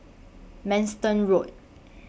Manston Road